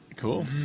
Cool